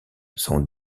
sont